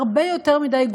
הרבה יותר מדי,